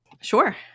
Sure